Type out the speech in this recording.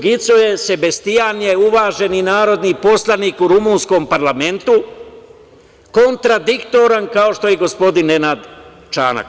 Gicoje Sebastijan je uvaženi narodni poslanik u rumunskom parlamentu, kontradiktoran kao što je i gospodin Nenad Čanak.